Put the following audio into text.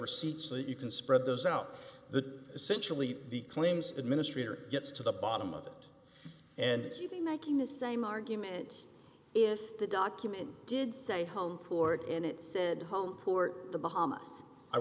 receipts that you can spread those out the essentially the claims administrator gets to the bottom of it and keeping miking the same argument if the document did say home court in it said home port the bahamas i